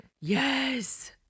yes